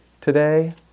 today